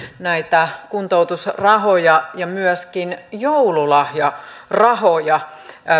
näitä kuntoutusrahoja ja myöskin joululahjarahoja